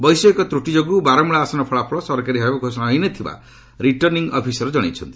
ବୈଷୟିକ ତୂଟି ଯୋଗୁ ବାରମ୍ବଳା ଆସନର ଫଳାଫଳ ସରକାରୀ ଭାବେ ଘୋଷଣା ହୋଇନଥିବା ରିଟର୍ଶ୍ଣି ଅଫିସର୍ ଜଣାଇଛନ୍ତି